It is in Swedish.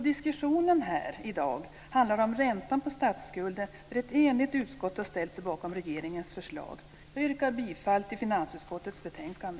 Diskussionen här i dag handlar om räntan på statsskulden där ett enigt utskott har ställt sig bakom regeringens förslag. Jag yrkar bifall till hemställan i finansutskottets betänkande.